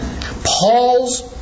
Paul's